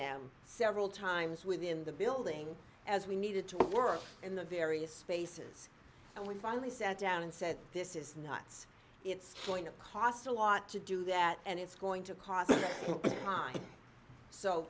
them several times within the building as we needed to work in the various spaces and we finally sat down and said this is nuts it's going to cost a lot to do that and it's going to cost time so